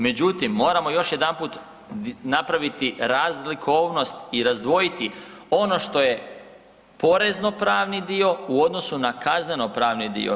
Međutim, moramo još jedanput napraviti razlikovnost i razdvojiti ono što je porezno pravni dio u odnosu na kaznenopravni dio.